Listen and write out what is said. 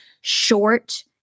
short